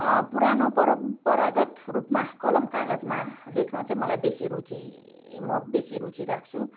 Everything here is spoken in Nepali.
पुरानो परम्परागत रूपमा कलम कागजमा लेख्न चाहिँ मलाई बेसी रुचि म बेसी रुचि राख्छु